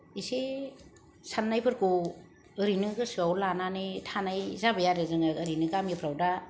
इसे साननायफोरखौ ओरैनो गोसोआव लानानै थानाय जाबाय आरो जोङो ओरैनो गामिफ्राव दा